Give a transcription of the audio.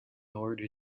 order